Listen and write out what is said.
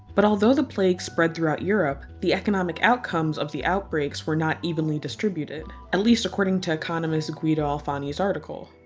but although the plague spread throughout europe the economic outcomes of the outbreaks were not evenly distributed. at least according to economist guido alfani's article.